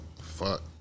Fuck